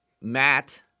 Matt